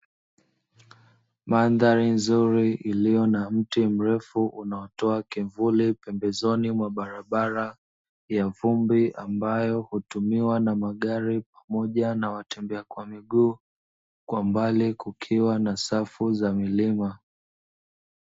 Mandhari ya miti mrefu unaotoa kivuli pembezoni mwa barabara ya vumbi, ambayo hutumiwa na magari pamoja na watembea kwa miguu kwa mbali kukiwa na safu za milima.